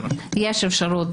יש אפשרות,